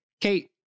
Kate